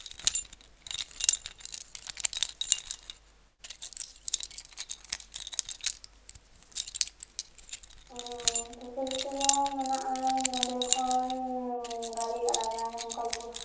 facility ᱫᱚ ᱢᱮᱱᱟᱜᱼᱟ ᱱᱚᱸᱰᱮ ᱠᱷᱚᱱ ᱜᱟᱲᱤ ᱟᱲᱟᱜᱟᱭ